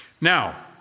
Now